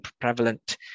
prevalent